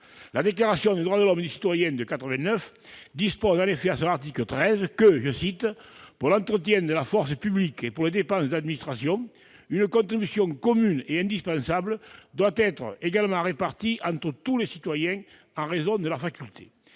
La Déclaration des droits de l'homme et du citoyen de 1789, en son article XIII, dispose :« Pour l'entretien de la force publique, et pour les dépenses d'administration, une contribution commune est indispensable : elle doit être également répartie entre tous les citoyens, en raison de leurs facultés.